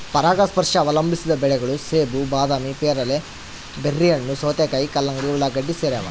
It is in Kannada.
ಪರಾಗಸ್ಪರ್ಶ ಅವಲಂಬಿಸಿದ ಬೆಳೆಗಳು ಸೇಬು ಬಾದಾಮಿ ಪೇರಲೆ ಬೆರ್ರಿಹಣ್ಣು ಸೌತೆಕಾಯಿ ಕಲ್ಲಂಗಡಿ ಉಳ್ಳಾಗಡ್ಡಿ ಸೇರವ